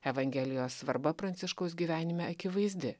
evangelijos svarba pranciškaus gyvenime akivaizdi